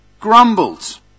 grumbled